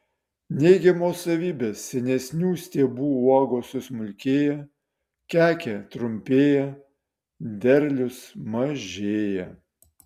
neigiamos savybės senesnių stiebų uogos susmulkėja kekė trumpėja derlius mažėja